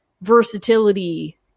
versatility –